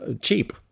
cheap